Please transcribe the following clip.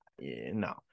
no